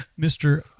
Mr